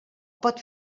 pot